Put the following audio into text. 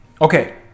okay